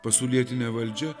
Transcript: pasaulietine valdžia